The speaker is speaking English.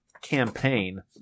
campaign